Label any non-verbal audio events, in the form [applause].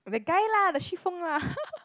the guy lah the Xu-Fong lah [laughs]